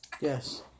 Yes